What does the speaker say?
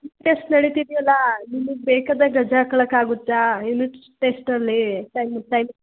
test ನಡೀತಿದೆಯಲ್ಲಾ ನಿಮಗ್ ಬೇಕಾದಾಗ ರಜಾ ಹಾಕೋಳಾಕಾಗುತ್ತಾ ಯುನಿಟ್ ಟೆಸ್ಟಲ್ಲಿ ಟೈಮಿಗೆ ಟೈಮಿಗೆ